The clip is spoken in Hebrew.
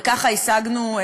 וככה השגנו,